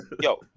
yo